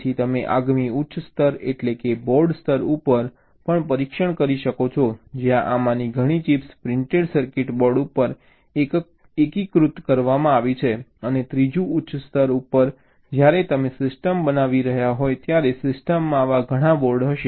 તેથી તમે આગામી ઉચ્ચ સ્તર એટલે કે બોર્ડ સ્તર ઉપર પણ પરીક્ષણ કરી શકો છો જ્યાં આમાંની ઘણી ચિપ્સ પ્રિન્ટેડ સર્કિટ બોર્ડ ઉપર એકીકૃત કરવામાં આવી છે અને ત્રીજું ઉચ્ચ સ્તર ઉપર જ્યારે તમે સિસ્ટમ બનાવી રહ્યા હોવ ત્યારે સિસ્ટમમાં આવા ઘણા બોર્ડ હશે